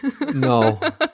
No